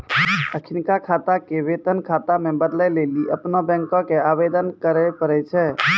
अखिनका खाता के वेतन खाता मे बदलै लेली अपनो बैंको के आवेदन करे पड़ै छै